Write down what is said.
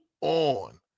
on